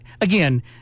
again